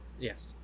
Yes